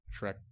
Shrek